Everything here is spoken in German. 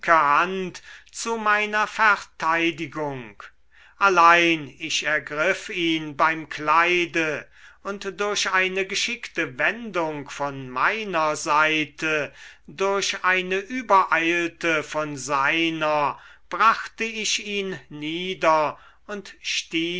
zu meiner verteidigung allein ich ergriff ihn beim kleide und durch eine geschickte wendung von meiner seite durch eine übereilte von seiner brachte ich ihn nieder und stieß